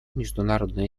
международную